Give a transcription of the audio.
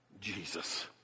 Jesus